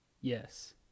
Yes